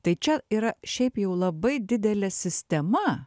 tai čia yra šiaip jau labai didelė sistema